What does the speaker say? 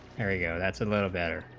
area yeah that's a little better